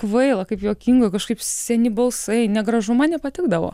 kvaila kaip juokinga kažkaip seni balsai negražu man nepatikdavo